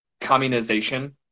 communization